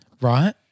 Right